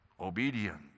Obedience